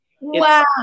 Wow